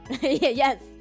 Yes